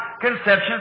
conceptions